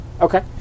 Okay